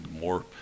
more